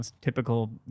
typical